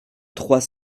trois